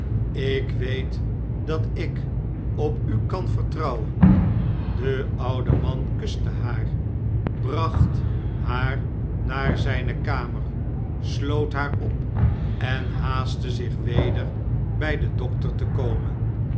ik weet dat ik op u kan vertrouwen de oude man kuste haar bracht haar naar zjjne kamer sloot haar op en haastte zich weder bij den dokter te komen